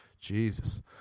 Jesus